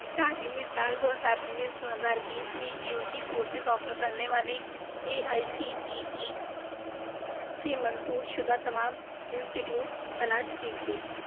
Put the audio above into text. تعلیمی سال دو ہزار انیس دو ہزار بیس میں یو جی کورسز آفر کرنے والے A I C T E سے منظور شدہ تمام انسٹیٹیوٹس تلاش کیجیے